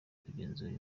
kugenzura